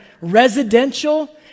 residential